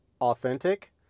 authentic